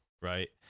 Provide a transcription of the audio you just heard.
right